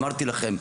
אמרתי לכם,